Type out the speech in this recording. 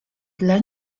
dla